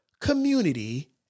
community